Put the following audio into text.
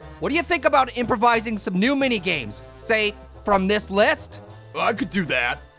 what do you think about improvising some new mini games? say, from this list? i could do that!